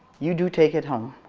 you do take it home.